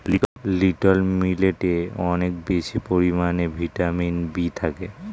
little মিলেটে অনেক বেশি পরিমাণে ভিটামিন বি থাকে